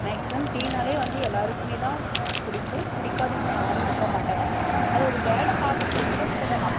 maximum டீன்னாலே வந்து எல்லாேருக்குமே தான் பிடிக்கும் பிடிக்காதவங்க யாரும் இருக்க மாட்டாங்க அது ஒரு பேடு ஹேபிட்டுன்னு கூட சொல்லலாம்